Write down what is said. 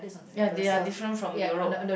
ya they are different from Europe